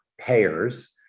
payers